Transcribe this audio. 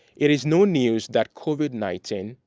it is no news that covid nineteen,